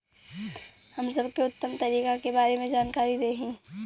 हम सबके उत्तम तरीका के बारे में जानकारी देही?